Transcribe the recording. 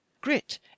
grit